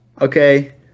Okay